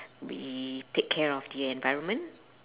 we take care of the environment